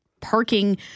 parking